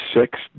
six